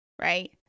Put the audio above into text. right